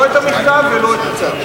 לא את המכתב ולא את הצו,